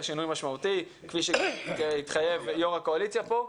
שינוי משמעותי כפי שהתחייב יושב ראש הקואליציה כאן.